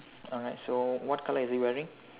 alright so what colour is he wearing